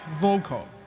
Vocal